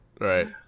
right